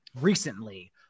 recently